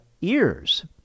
ears